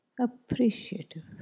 appreciative